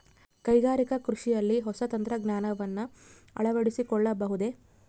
ಕೈಗಾರಿಕಾ ಕೃಷಿಯಲ್ಲಿ ಹೊಸ ತಂತ್ರಜ್ಞಾನವನ್ನ ಅಳವಡಿಸಿಕೊಳ್ಳಬಹುದೇ?